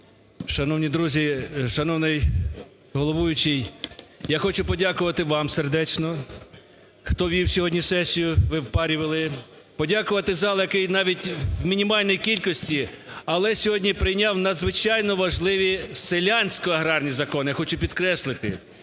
Шановні друзі, шановний головуючий, я хочу подякувати вам сердечно, хто вів сьогодні сесію, ви в парі вели, подякувати залу, який навіть в мінімальній кількості, але сьогодні прийняв надзвичайно важливі селянсько-аграрні закони, я хочу підкреслити.